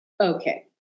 Okay